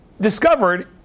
discovered